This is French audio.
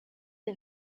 des